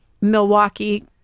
Milwaukee